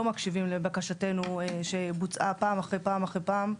מקשיבים לבקשתנו שבוצעה פעם אחרי פעם אחרי פעם,